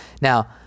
Now